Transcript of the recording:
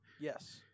Yes